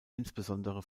insbesondere